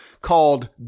called